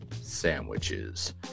Sandwiches